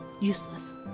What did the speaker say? Useless